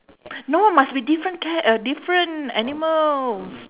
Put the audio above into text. no must be different cat uh different animals